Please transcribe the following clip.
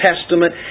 Testament